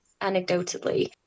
anecdotally